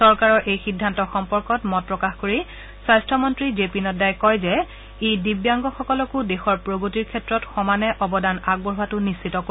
চৰকাৰৰ এই সিদ্ধান্ত সম্পৰ্কত মত প্ৰকাশ কৰি স্বাস্থ্যমন্ত্ৰী জে পি নাদ্দাই কয় যে ই দিব্যাংগসকলকো দেশৰ প্ৰগতিৰ ক্ষেত্ৰত সমানে অৱদান আগবঢ়োৱাতো নিশ্চিত কৰিব